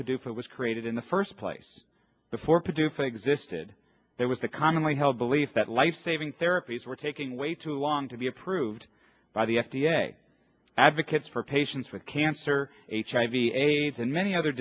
produce it was created in the first place before produce existed there was a commonly held belief that life saving therapies were taking way too long to be approved by the f d a advocates for patients with cancer hiv aids and many other